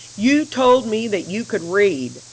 you told me that you could read.